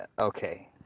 okay